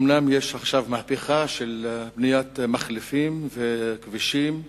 אומנם יש עכשיו מהפכה של בניית מחלפים וכבישים,